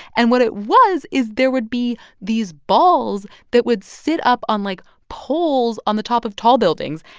and what it was is there would be these balls that would sit up on, like, poles on the top of tall buildings,